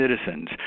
citizens